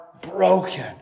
broken